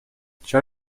چرا